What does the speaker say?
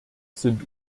sind